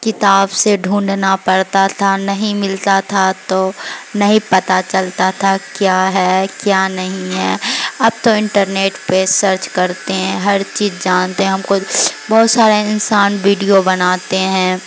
کتاب سے ڈھونڈنا پرتا تھا نہیں ملتا تھا تو نہیں پتہ چلتا تھا کیا ہے کیا نہیں ہے اب تو انٹرنیٹ پہ سرچ کرتے ہیں ہر چیز جانتے ہیں ہم کو بہت سارا انسان ویڈیو بناتے ہیں